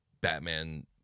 Batman